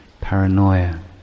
paranoia